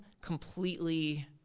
completely